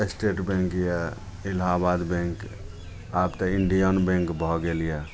estate bank यऽ Allahabad bank आब तऽ इण्डियन बैँक भए गेल यऽ